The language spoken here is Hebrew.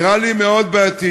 זה נראה לי מאוד בעייתי,